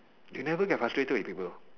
you never get frustrated with people